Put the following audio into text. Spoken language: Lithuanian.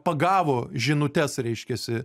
pagavo žinutes reiškiasi